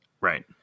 Right